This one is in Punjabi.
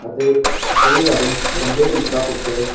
ਅਤੇ ਕਈ ਵਾਰ ਲੰਬੇ ਰੂਟਾਂ ਉੱਤੇ